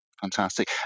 Fantastic